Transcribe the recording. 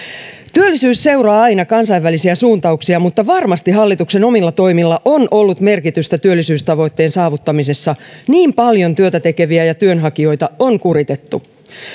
työllisyys seuraa aina kansainvälisiä suuntauksia mutta varmasti hallituksen omilla toimilla on ollut merkitystä työllisyystavoitteen saavuttamisessa niin paljon työtä tekeviä ja työnhakijoita on kuritettu